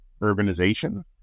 urbanization